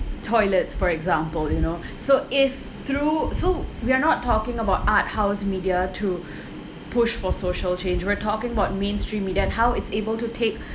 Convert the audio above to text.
toilets for example you know so if through so we are not talking about art house media to push for social change we're talking about mainstream media and how it's able to take